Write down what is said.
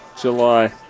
July